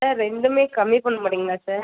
ஆ sir ரெண்டுமே கம்மி பண்ண மாட்டிங்களா சார்